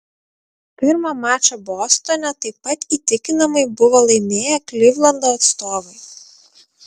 pirmą mačą bostone taip pat įtikinamai buvo laimėję klivlando atstovai